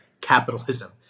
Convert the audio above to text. capitalism